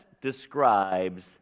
describes